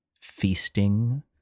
feasting